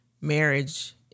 marriage